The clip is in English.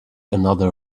another